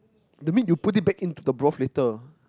the meat you put it back in to the broth later